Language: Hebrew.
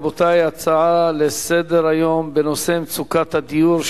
הצעות לסדר-היום בנושא: מצוקת הדיור,